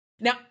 Now